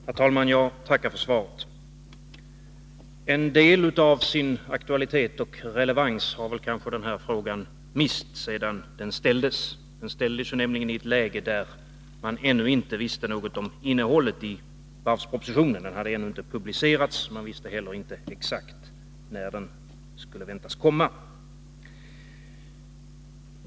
Herr talman! Jag tackar för svaret. En del av sin aktualitet och relevans har väl kanske den här frågan mist sedan den ställdes. Den ställdes nämligen i ett läge där man ännu inte visste något om innehållet i varvspropositionen — den hade ännu inte publicerats, och man visste heller inte exakt när den kunde väntas komma.